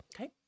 okay